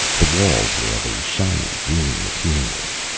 the walls were of a shiny green material.